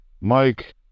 Mike